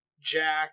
jack